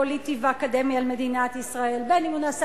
פוליטי ואקדמי על מדינת ישראל בין שהוא נעשה